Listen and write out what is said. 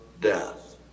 death